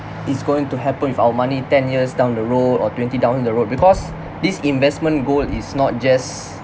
is going to happen with our money ten years down the road or twenty down the road because this investment goal is not just